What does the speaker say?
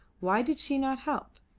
why did she not help?